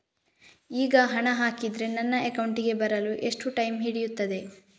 ಈಗ ಹಣ ಹಾಕಿದ್ರೆ ನನ್ನ ಅಕೌಂಟಿಗೆ ಬರಲು ಎಷ್ಟು ಟೈಮ್ ಹಿಡಿಯುತ್ತೆ?